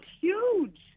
huge